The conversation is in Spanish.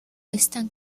están